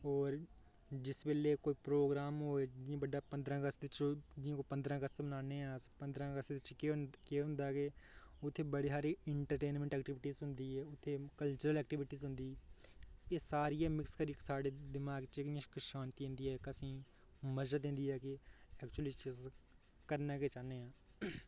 होर जिस बेल्लै कोई प्रोग्रांम होए जि'यां बड्डा पंदरां अगस्त च जि'यां कोई पंदरां अगस्त मनान्नें आं अस पंदरां अगस्त ओह्दे च केह् होंदा केह् जित्थै बड़े हारे इंटरटेनमैंट ऐक्टीविटी होंदी ऐ ते कल्चरल ऐक्टीवीटीज होंदी ऐ सारी मिक्स करियै साढ़ी दिमाग च किश शांति आंदी ऐ इक असें ई मजा दिंदी ऐ कि ऐक्चुअली च करना गै चाह्न्नेआं